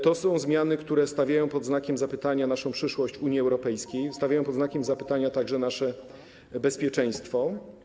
To są zmiany, które stawiają pod znakiem zapytania naszą przyszłość w Unii Europejskiej, stawiają pod znakiem zapytania także nasze bezpieczeństwo.